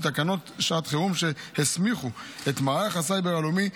תקנות שעת חירום שהסמיכו את מערך הסייבר הלאומי,